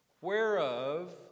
Whereof